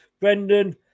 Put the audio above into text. Brendan